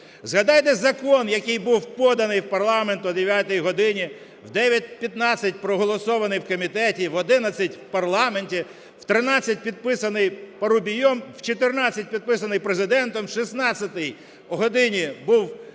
Згадайте закон, який був поданий в парламент о 9 годині, в 9:15 проголосований в комітеті і в 11 в парламенті, в 13 – підписаний Парубієм, в 14 – підписаний Президентом, в 16 годині був